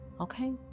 okay